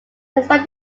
despite